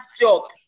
joke